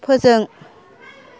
फोजों